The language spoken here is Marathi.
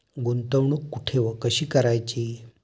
गुंतवणूक कुठे व कशी करायची?